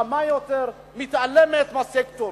חכמה יותר, מתעלמת מהסקטורים.